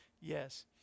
Yes